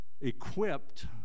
equipped